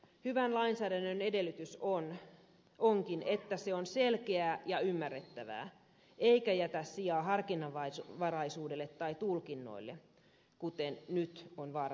hyvän lainsäädännön edellytys onkin että se on selkeää ja ymmärrettävää eikä jätä sijaa harkinnanvaraisuudelle tai tulkinnoille kuten nyt on vaarassa käydä